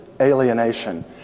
alienation